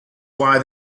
why